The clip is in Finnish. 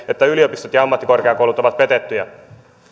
että yliopistot ja ammattikorkeakoulut ovat petettyjä